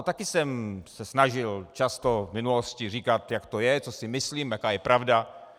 Taky jsem se snažil často v minulosti říkat, jak to je, co si myslím, jaká je pravda.